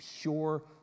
pure